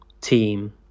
team